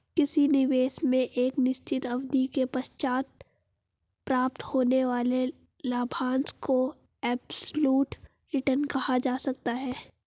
किसी निवेश में एक निश्चित अवधि के पश्चात प्राप्त होने वाले लाभांश को एब्सलूट रिटर्न कहा जा सकता है